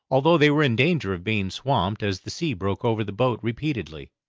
although they were in danger of being swamped, as the sea broke over the boat repeatedly.